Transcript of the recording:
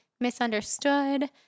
misunderstood